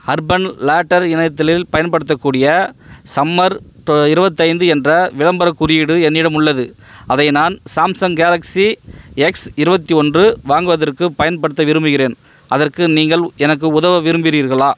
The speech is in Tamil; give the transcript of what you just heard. அர்பன் லாட்டெர் இணையத்தில் பயன்படுத்தக் கூடிய சம்மர் து இருபத்தைந்து என்ற விளம்பரக் குறியீடு என்னிடம் உள்ளது அதை நான் சாம்சங் கேலக்ஸி எக்ஸ் இருபத்தி ஒன்று வாங்குவதற்குப் பயன்படுத்த விரும்புகிறேன் அதற்கு நீங்கள் எனக்கு உதவ விரும்புகிறீர்களா